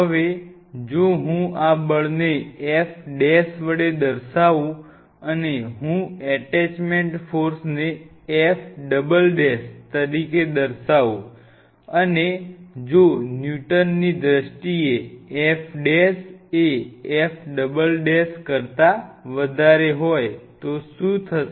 હવે જો હું આ બળને F' વડે દર્શાવું અને હું એટેચમેન્ટ ફોર્સને F" તરીકે દર્શાવું અને જો ન્યૂટનની દ્રષ્ટિએ F' એ F" કરતા વધારે હોય તો શું થશે